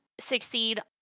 succeed